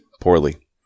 Poorly